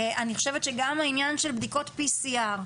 אני חושבת שגם העניין של בדיקות PCR,